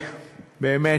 באמת,